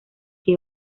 que